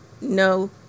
no